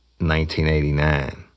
1989